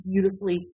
beautifully